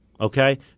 okay